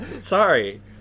Sorry